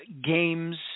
games